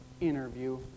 interview